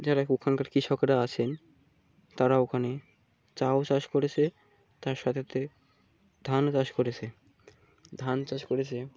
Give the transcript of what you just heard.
যারা ওখানকার কৃষকরা আছেন তারা ওখানে চাও চাষ করেছে তার সাথে ধানও চাষ করেছে ধান চাষ করেছে